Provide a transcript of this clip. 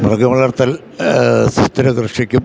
മൃഗവളർത്തൽ സുസ്ഥിര കൃഷിക്കും